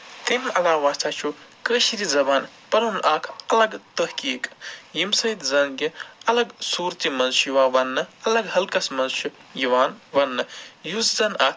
تَمہِ علاوٕ ہسا چھُ کٲشِر زَبان پَنُن اکھ اَلگ تٔحقیٖق ییٚمہِ سۭتۍ زن کہِ اَلگ صوٗرتہِ منٛز چھُ یِوان وَننہٕ حَلکَس منٛز چھُ یِوان وَننہٕ یُس زَن اکھ